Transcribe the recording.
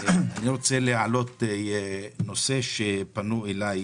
אני רוצה להעלות נושא שפנו אליי